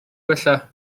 gwella